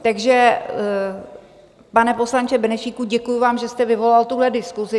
Takže, pane poslanče Benešíku, děkuji vám, že jste vyvolal tuhle diskusi.